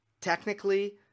Technically